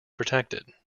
protected